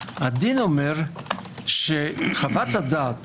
הוא אומר שחוות הדעת